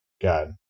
God